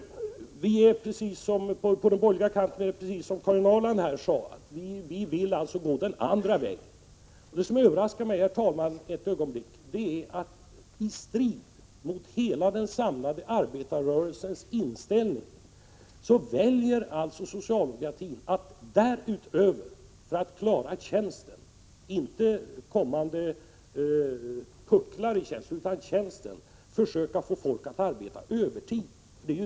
Vi på den borgerliga kanten vill, precis som Karin Ahrland sade, gå den andra vägen. Det som ett ögonblick överraskade mig, herr talman, var att socialdemokratin, i strid mot hela den samlade arbetarrörelsens inställning, väljer att därutöver försöka få folk att arbeta övertid för att klara tjänsten — inte kommande pucklar i tjänstgöringen.